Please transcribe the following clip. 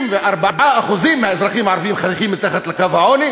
54% מהאזרחים הערבים חיים מתחת לקו העוני